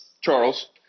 Charles